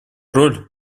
роль